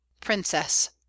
Princess